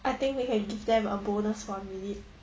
I think we can give them a bonus for really just in case